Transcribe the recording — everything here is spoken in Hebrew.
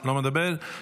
לא מדבר,